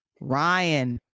ryan